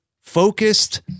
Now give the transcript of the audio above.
focused